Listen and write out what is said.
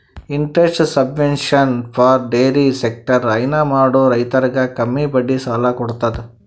interest subvention for dairy sector ಹೈನಾ ಮಾಡೋ ರೈತರಿಗ್ ಕಮ್ಮಿ ಬಡ್ಡಿ ಸಾಲಾ ಕೊಡತದ್